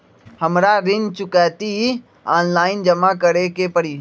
हमरा ऋण चुकौती ऑनलाइन जमा करे के परी?